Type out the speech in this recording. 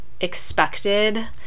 expected